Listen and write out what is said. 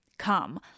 Come